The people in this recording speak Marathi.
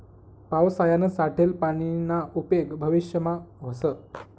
पावसायानं साठेल पानीना उपेग भविष्यमा व्हस